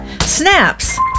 snaps